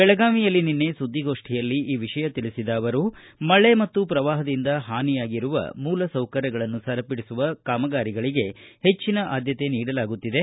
ಬೆಳಗಾವಿಯಲ್ಲಿ ನಿನ್ನೆ ಸುದ್ದಿಗೋಷ್ಠಿಯಲ್ಲಿ ಈ ವಿಷಯ ತಿಳಿಸಿದ ಅವರು ಮಳೆ ಮತ್ತು ಪ್ರವಾಪದಿಂದ ಹಾನಿಯಾಗಿರುವ ಮೂಲಸೌಕರ್ಯಗಳನ್ನು ಸರಿಪಡಿಸುವ ಕಾಮಗಾರಿಗಳಿಗೆ ಹೆಚ್ಚಿನ ಆದ್ದತೆ ನೀಡಲಾಗುತ್ತಿದೆ